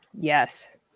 yes